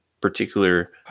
particular